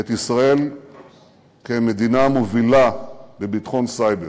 את ישראל כמדינה מובילה בביטחון סייבר.